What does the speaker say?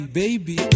baby